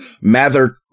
Mather